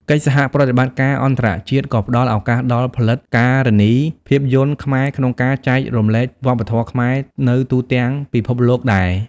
កិច្ចសហប្រតិបត្តិការអន្តរជាតិក៏ផ្តល់ឱកាសដល់ផលិតការនីភាពយន្តខ្មែរក្នុងការចែករំលែកវប្បធម៌ខ្មែរនៅទូទាំងពិភពលោកដែរ។